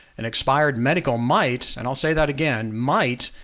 an expired medical might, and i'll say that again, might,